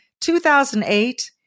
2008